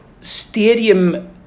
stadium